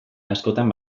askotan